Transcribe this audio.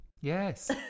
Yes